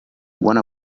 one